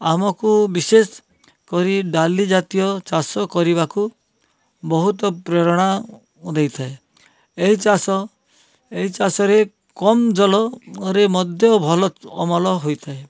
ଆମକୁ ବିଶେଷକରି ଡ଼ାଲିଜାତୀୟ ଚାଷ କରିବାକୁ ବହୁତ ପ୍ରେରଣା ଦେଇଥାଏ ଏଇ ଚାଷ ଏଇ ଚାଷରେ କମ୍ ଜଲରେ ମଧ୍ୟ ଭଲ ଅମଲ ହୋଇଥାଏ